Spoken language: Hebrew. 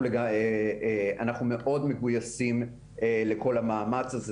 אנחנו מאוד מגויסים לכל המאמץ הזה.